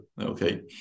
okay